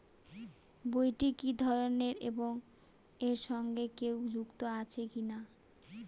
বইটি কি ধরনের এবং এর সঙ্গে কেউ যুক্ত আছে কিনা?